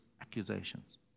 accusations